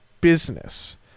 business